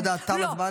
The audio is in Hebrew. תודה, תם הזמן.